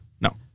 No